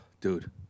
dude